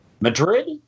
Madrid